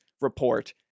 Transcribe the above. report